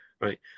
right